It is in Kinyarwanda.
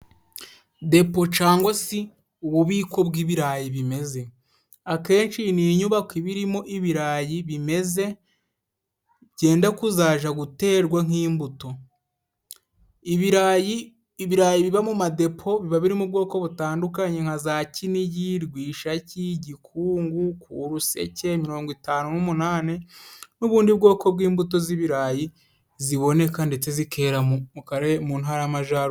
Depo cyagwa se ububiko bw'ibirayi bimeze, akenshi iyi ni inyubako iba irimo ibirayi bimeze byenda kuzajya guterwa nk'imbuto. Ibirayi biba mu madepo, biba birimo ubwoko butandukanye nka za kinigi, rwishaki, gikungu, kuruseke, mirongo itanu n'umunane n'ubundi bwoko bw'imbuto z'ibirayi ziboneka, ndetse zikera mu Ntara y'Amajyaruguru.